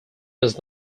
was